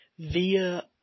via